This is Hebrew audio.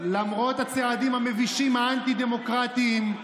הם הלכו לאכול.